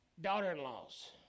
Daughter-in-laws